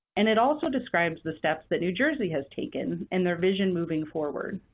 and it also describes the steps that new jersey has taken and the vision moving forward.